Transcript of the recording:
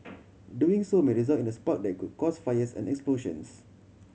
doing so may result in a spark that could cause fires and explosions